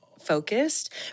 focused